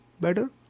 better